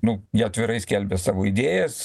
nu jie atvirai skelbė savo idėjas